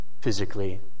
physically